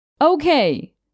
Okay